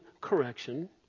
correction